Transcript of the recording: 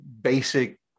basic